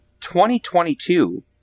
2022